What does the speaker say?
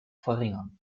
verringern